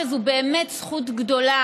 זו באמת זכות גדולה,